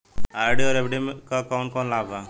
RD और FD क कौन कौन लाभ बा?